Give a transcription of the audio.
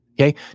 Okay